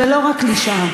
ולא רק קלישאה.